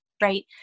Right